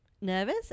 nervous